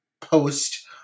post